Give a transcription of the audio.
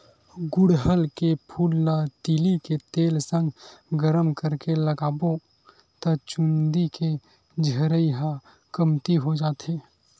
गुड़हल के फूल ल तिली के तेल संग गरम करके लगाबे त चूंदी के झरई ह कमती हो जाथे